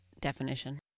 definition